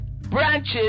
branches